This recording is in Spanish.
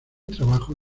trabajo